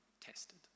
tested